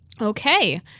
Okay